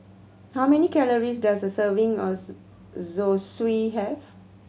how many calories does a serving of Zosui have